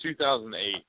2008